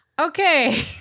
okay